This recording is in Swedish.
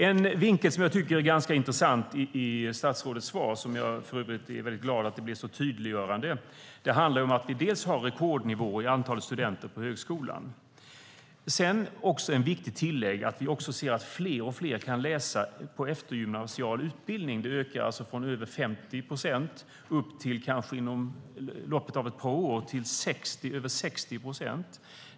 En vinkel jag tycker är ganska intressant i statsrådets svar - som jag för övrigt är glad över att det blev så tydliggörande - handlar om att vi har rekordnivåer i antalet studenter på högskolan. Ett viktigt tillägg är att vi ser att fler och fler kan läsa på eftergymnasial utbildning. De har under loppet av ett par år ökat från över 50 procent upp till över 60 procent.